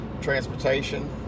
transportation